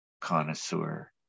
connoisseur